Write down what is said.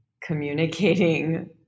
communicating